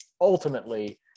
ultimately